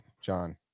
John